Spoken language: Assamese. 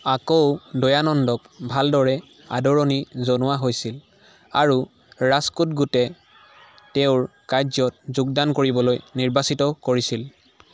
আকৌ দয়ানন্দক ভালদৰে আদৰণি জনোৱা হৈছিল আৰু ৰাজকোট গোটে তেওঁৰ কাৰ্য্যত যোগদান কৰিবলৈ নিৰ্বাচিত কৰিছিল